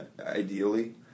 ideally